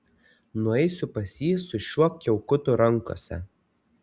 nueisiu pas jį su šiuo kiaukutu rankose